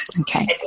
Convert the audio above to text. Okay